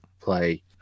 play